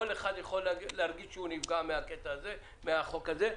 כל אחד יכול להרגיש שהוא נפגע מהחוק הזה,